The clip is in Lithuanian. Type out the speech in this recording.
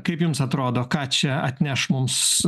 kaip jums atrodo ką čia atneš mums